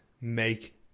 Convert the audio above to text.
make